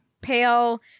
Pale